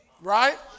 Right